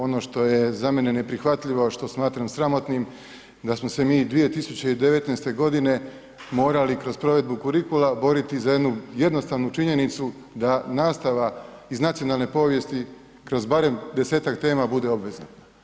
Ono što je za mene neprihvatljivo, a što smatram sramotnim, da smo se mi 2019. godine morali kroz provedbu kurikula boriti za jednu jednostavnu činjenicu da nastava iz nacionalne povijesti kroz barem 10-tak tema bude obveza.